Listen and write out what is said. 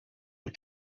and